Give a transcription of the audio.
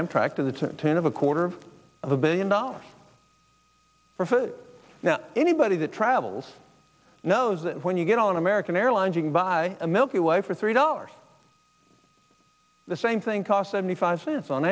amtrak to the tune of a quarter of a billion dollars now anybody that travels knows that when you get on american airlines you can buy a milky way for three dollars the same thing cost seventy five cents on